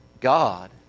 God